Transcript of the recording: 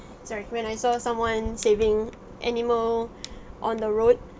sorry when I saw someone saving animal on the road